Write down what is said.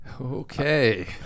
Okay